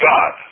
God